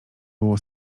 było